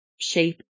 shape